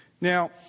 Now